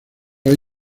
hay